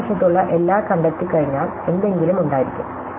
വലതുവശത്തുള്ള എല്ലാം കണ്ടെത്തിക്കഴിഞ്ഞാൽ എന്തെങ്കിലും ഉണ്ടായിരിക്കും